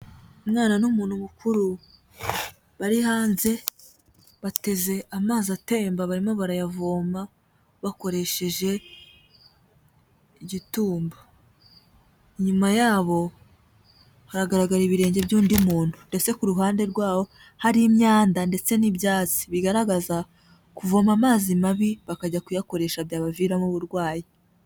Umwana n'umuntu mukuru bari hanze, bateze amazi atemba barimo barayavoma bakoresheje igitumba, inyuma yabo haragaragara ibirenge by'undi muntu ndetse ku ruhande rwabo hari imyanda ndetse n'ibyatsi bigaragaza kuvoma amazi mabi bakajya kuyakoresha byabaviramo uburwayi.